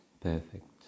perfect